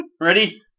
Ready